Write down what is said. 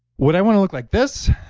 would i want to look like this,